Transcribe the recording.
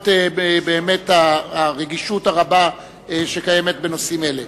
למרות הרגישות הרבה שקיימת בנושאים אלה.